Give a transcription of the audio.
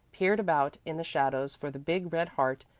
peered about in the shadows for the big red heart,